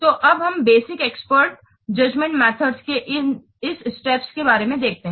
तो अब हम बेसिक एक्सपर्ट जजमेंट मेथड के इस स्टेप्स के बारे में देखते हैं